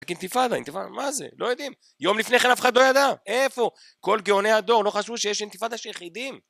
אינתיפאדה אינתיפאדה מה זה לא יודעים יום לפני כן אף אחד לא ידע איפה כל גאוני הדור לא חשבו שיש אינתיפאדה של יחידים